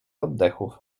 oddechów